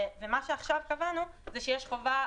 ומה שעכשיו קבענו זה שיש חובה